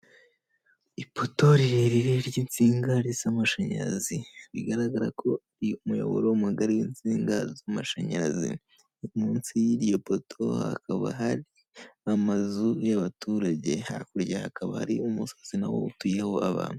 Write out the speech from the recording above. Ipoto rirerire ry'insinga z'amashanyarazi, bigaragara ko ari umuyoboro mugari w'insinga z'amashanyarazi, munsi y'iryo poto hakaba hari amazu y'abaturage, hakurya hakaba ari umusozi nawo utuyeho abantu.